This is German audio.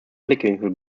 blickwinkel